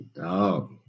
dog